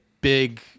big –